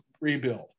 rebuild